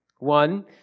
One